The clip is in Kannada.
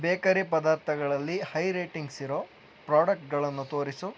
ಬೇಕರಿ ಪದಾರ್ಥಗಳಲ್ಲಿ ಹೈ ರೇಟಿಂಗ್ಸ್ ಇರೊ ಪ್ರಾಡಕ್ಟ್ಗಳನ್ನು ತೋರಿಸು